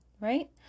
right